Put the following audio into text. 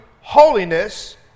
holiness